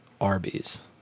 Arby's